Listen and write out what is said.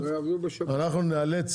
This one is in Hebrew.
אנחנו ניאלץ,